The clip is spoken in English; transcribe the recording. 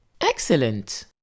Excellent